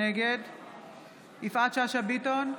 נגד יפעת שאשא ביטון,